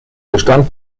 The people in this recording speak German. bestand